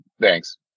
Thanks